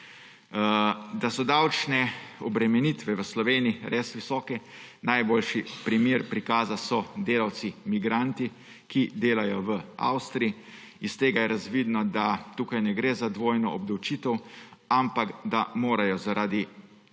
Da so davčne obremenitve v Sloveniji res visoke, najboljši primer prikaza so delavci migranti, ki delajo v Avstriji. Iz tega je razvidno, da tu ne gre za dvojno obdavčitev, ampak da morajo zaradi višjih